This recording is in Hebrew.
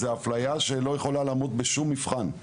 זאת אפליה שלא יכולה לעמוד בשום מבחן.